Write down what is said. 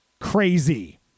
crazy